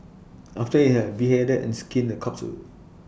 after IT had beheaded and skinned the corpse to